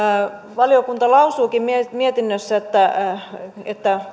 valiokunta lausuukin mietinnössä että että